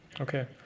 Okay